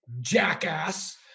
jackass